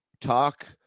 talk